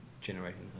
generating